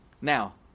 Now